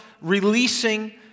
releasing